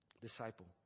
disciple